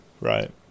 right